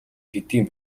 хэдийн